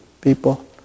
people